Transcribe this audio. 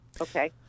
okay